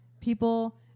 people